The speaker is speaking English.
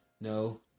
No